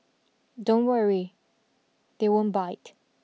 don't worry they won't bite